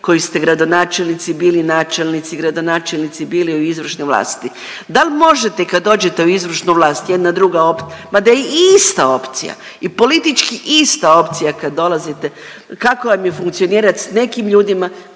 koji ste gradonačelnici bili, načelnici, gradonačelnici bili u izvršnoj vlasti, da l' možete, kad dođete u izvršnu vlast, jedna druga .../nerazumljivo/... ma da je ista opcija i politički ista opcija kad dolazite, kako vam je funkcionirati s nekim ljudima